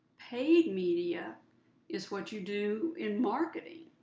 paid media is what you do in marketing.